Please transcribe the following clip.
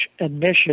admission